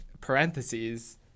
parentheses